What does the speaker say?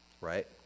right